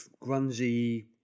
grungy